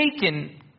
taken